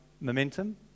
momentum